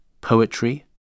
poetry